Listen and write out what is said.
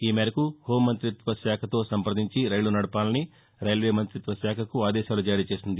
ఈ మేరకు హోంమంతిత్వ శాఖతో సంప్రదించి రైళ్లు నడపాలని రైల్వే మంతిత్వ శాఖకు ఆదేశాలు జారీ చేసింది